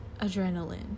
adrenaline